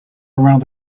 around